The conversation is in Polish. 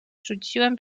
rzuciłem